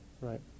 Right